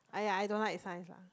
!aiya! I don't like Science lah